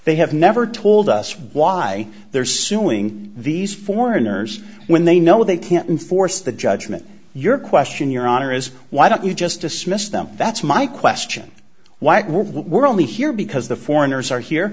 they have never told us why they're suing these foreigners when they know they can't enforce the judgement your question your honor is why don't you just dismiss them that's my question why what we're only here because the foreigners are here